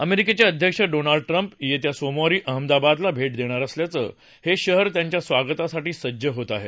अमेरिकेचे अध्यक्ष Donald Trump येत्या सोमवारी अहमदाबादला भेट देणार असल्यानं हे शहर त्यांच्या स्वागतासाठी सज्ज होत आहे